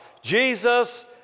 Jesus